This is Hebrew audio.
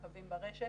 מהקווים ברשת